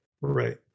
Right